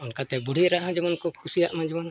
ᱚᱱᱠᱟᱛᱮ ᱵᱩᱰᱷᱤ ᱮᱨᱟ ᱦᱚᱸ ᱠᱩᱥᱤᱭᱟᱜ ᱢᱟ ᱠᱚ ᱡᱮᱢᱚᱱ